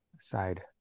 Side